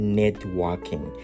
networking